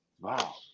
Wow